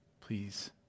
Please